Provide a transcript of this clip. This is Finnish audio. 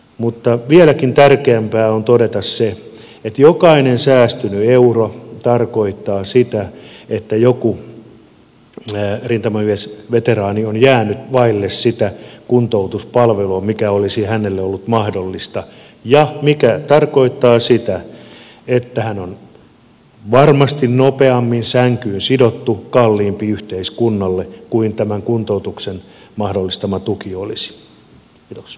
mutta vieläkin tärkeämpää on todeta se että jokainen säästynyt euro tarkoittaa sitä että joku rintamamiesveteraani on jäänyt vaille sitä kuntoutuspalvelua mikä olisi hänelle ollut mahdollista mikä tarkoittaa sitä että hän on varmasti nopeammin sänkyyn sidottu kalliimpi yhteiskunnalle kuin tämän kuntoutuksen mahdollistama tuki olisi